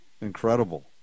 Incredible